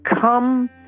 come